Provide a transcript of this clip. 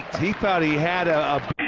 he thought he had ah